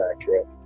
accurate